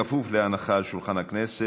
בכפוף להנחה על שולחן הכנסת.